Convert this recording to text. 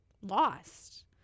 lost